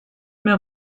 mehr